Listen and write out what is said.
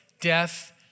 death